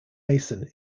mason